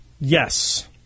Yes